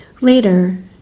later